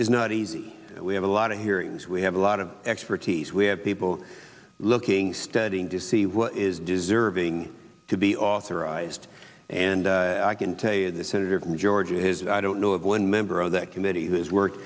is not easy we have a lot of hearings we have a lot of expertise we have people looking studying to see what is deserving to be authorized and i can tell you this senator from georgia is i don't know of one member of that committee